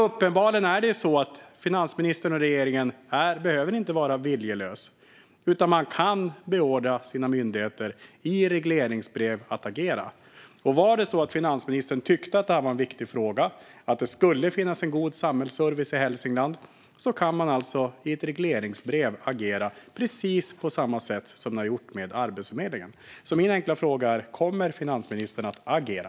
Uppenbarligen är det så att finansministern och regeringen inte behöver vara viljelösa, utan de kan i regleringsbrev beordra sina myndigheter att agera. Om finansministern tyckte att det här var en viktig fråga och att det skulle finnas en god samhällsservice i Hälsingland skulle man alltså i ett regleringsbrev kunna agera precis på samma sätt som man har gjort med Arbetsförmedlingen. Min enkla fråga är: Kommer finansministern att agera?